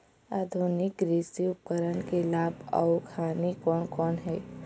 आधुनिक कृषि उपकरण के लाभ अऊ हानि कोन कोन हे?